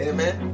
Amen